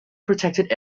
protected